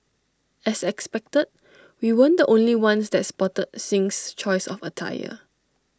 as expected we weren't the only ones that spotted Singh's choice of attire